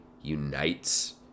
unites